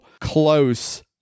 close